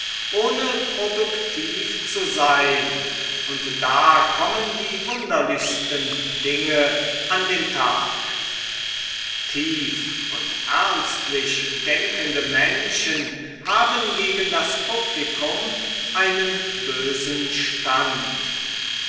ohne produktiv zu sein und da kommen die wunderlichsten dinge an den tag tief und ernstlich denkende menschen haben gegen das publikum einen bösen stand